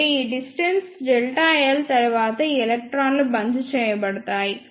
కాబట్టి ఈ distance ∆ L తర్వాత ఈ ఎలక్ట్రాన్లు బంచ్ చేయబడతాయి